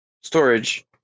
storage